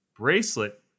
bracelet